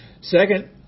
Second